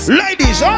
ladies